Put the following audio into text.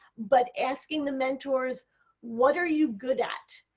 but asking the mentors what are you good at?